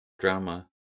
drama